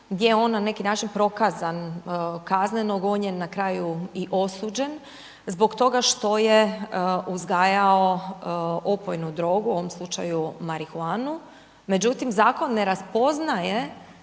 gdje je on na neki način prokazan, kazneno gonjen, na kraju i osuđen zbog toga što je uzgajao opojnu drogu, u ovom slučaju marihuanu. Međutim, zakon ne raspoznaje